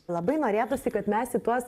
labai norėtųsi kad mes į tuos